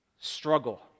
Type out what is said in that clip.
Struggle